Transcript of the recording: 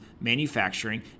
manufacturing